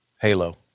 halo